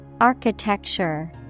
Architecture